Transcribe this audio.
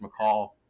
McCall